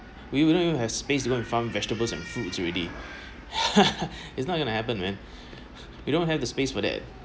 we wouldn't even have space to go and farm vegetables and fruits already it's not gonna happen man we don't have the space for that